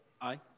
Aye